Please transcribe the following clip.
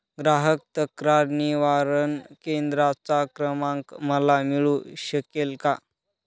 ग्राहक तक्रार निवारण केंद्राचा क्रमांक मला मिळू शकेल का?